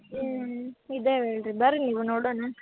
ಹ್ಞೂ ಇದಾವೆ ಇದೆ ಬರ್ರಿ ನೀವು ನೋಡೋಣ